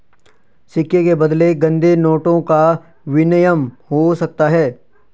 सिक्के के बदले गंदे नोटों का विनिमय हो सकता है